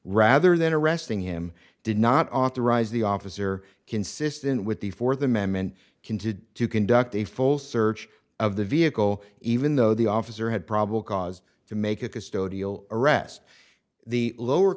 rather than arresting him did not authorize the officer consistent with the fourth amendment can do to conduct a full search of the vehicle even though the officer had probable cause to make a custodial arrest the lower